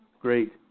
great